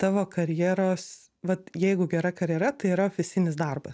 tavo karjeros vat jeigu gera karjera tai yra ofisinis darbas